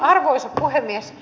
arvoisa puhemies